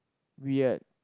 weird